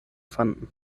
fanden